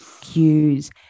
cues